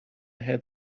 had